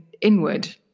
inward